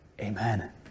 Amen